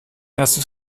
erste